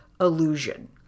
illusion